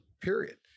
Period